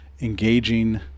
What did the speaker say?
engaging